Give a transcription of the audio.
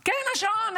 כן, השעון.